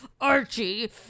Archie